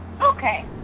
Okay